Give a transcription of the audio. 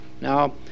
Now